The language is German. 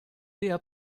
ndr